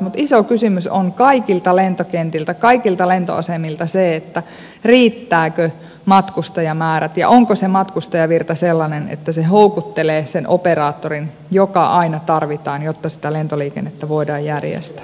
mutta iso kysymys on kaikilla lentokentillä kaikilla lentoasemilla se riittävätkö matkustajamäärät ja onko matkustajavirta sellainen että se houkuttelee sen operaattorin joka aina tarvitaan jotta sitä lentoliikennettä voidaan järjestää